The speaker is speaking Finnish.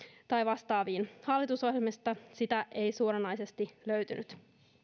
tai vastaaviin hallitusohjelmasta sitä ei suoranaisesti löytynyt